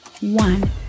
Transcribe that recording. one